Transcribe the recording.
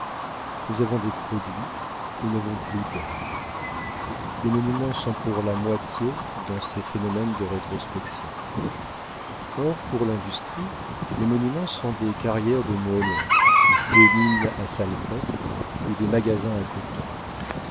nous avons des produits nous n'avons plus d'œuvres les monuments sont pour la moitié dans ces phénomènes de rétrospection or pour l'industrie les monuments sont des carrières de moellons des mines à salpêtre ou des magasins à coton